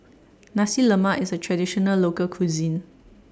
Nasi Lemak IS A Traditional Local Cuisine